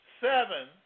seven